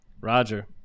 Roger